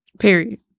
Period